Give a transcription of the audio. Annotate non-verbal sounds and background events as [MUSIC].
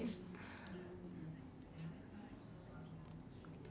[BREATH]